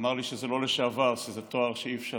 אמר לי שזה לא לשעבר, שזה תואר שאי-אפשר